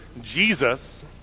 Jesus